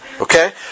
Okay